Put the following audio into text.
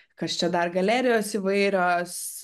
kas čia dar galerijos įvairios